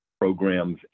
programs